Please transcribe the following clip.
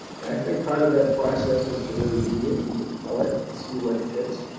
and i think part of that process is to really read it and to cull it and to see what fits.